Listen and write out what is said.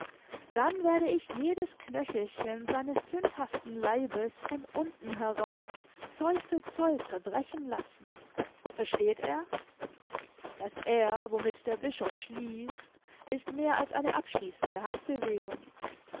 dann werde ich jedes knöchelchen seines sündhaften leibes von unten herauf zoll für zoll zerbrechen lassen versteht er das er womit der bischof schließt ist mehr als eine abschließende handbewegung